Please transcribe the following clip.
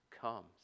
comes